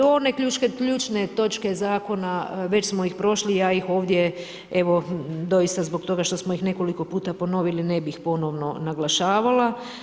Ove ključne točke zakona, već smo ih prošli, ja ih ovdje evo doista zbog toga što smo ih nekoliko puta ponovili, ne bih ponovno naglašavala.